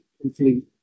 complete